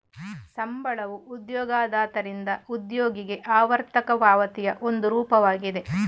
ಸಂಬಳವು ಉದ್ಯೋಗದಾತರಿಂದ ಉದ್ಯೋಗಿಗೆ ಆವರ್ತಕ ಪಾವತಿಯ ಒಂದು ರೂಪವಾಗಿದೆ